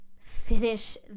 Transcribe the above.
finish